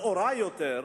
נאורה יותר,